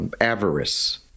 avarice